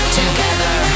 together